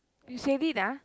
you said it ah